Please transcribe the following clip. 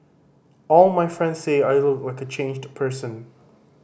all my friends say I look like a changed person